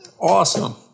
awesome